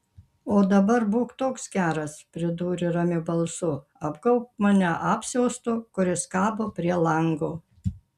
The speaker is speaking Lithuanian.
o dabar būk toks geras pridūrė ramiu balsu apgaubk mane apsiaustu kuris kabo prie lango